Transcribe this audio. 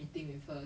I don't know